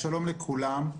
שלום לכולם.